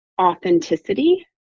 authenticity